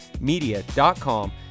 media.com